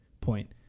point